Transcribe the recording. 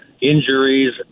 injuries